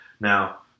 Now